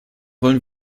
wollen